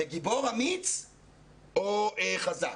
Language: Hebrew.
זה גיבור, אמיץ או חזק?